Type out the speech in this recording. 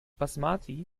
basmati